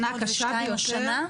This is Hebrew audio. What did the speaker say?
302 השנה?